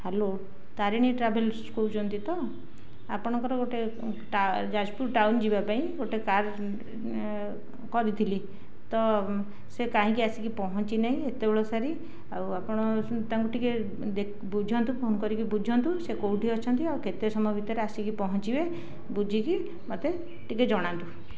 hello Tarini ଟ୍ରାଭେଲସରୁ କହୁଛନ୍ତି ତ ଆପଣଙ୍କର ଗୋଟେ ଯାଜପୁର ଟାଉନ୍ ଯିବାପାଇଁ ଗୋଟେ କାର୍ କରିଥିଲି ତ ସେ କାହିଁକି ଆସିକି ପହଞ୍ଚିନାହିଁ ଏତେବେଳ ସାରି ଆଉ ଆପଣ ତାଙ୍କୁ ଟିକିଏ ବୁଝନ୍ତୁ ଫୋନ୍ କରିକି ବୁଝନ୍ତୁ ସେ କେଉଁଠି ଅଛନ୍ତି ଆଉ କେତେ ସମୟ ଭିତରେ ଆସିକି ପହଞ୍ଚିବେ ବୁଝିକି ମୋତେ ଟିକିଏ ଜଣାନ୍ତୁ